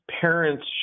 Parents